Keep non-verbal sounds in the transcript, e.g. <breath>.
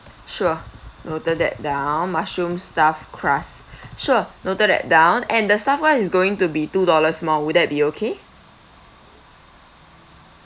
sure noted that down mushroom stuffed crust <breath> sure noted that down and the stuffed [one] is going to be two dollars more would that be okay